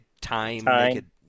Time